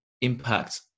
impact